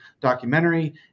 documentary